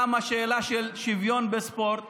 למה שאלה של שוויון בספורט